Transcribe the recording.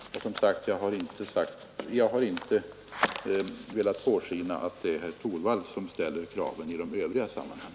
Jag har därmed inte velat låta påskina att det är herr Torwald som ställer alla krav i de övriga sammanhangen.